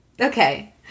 Okay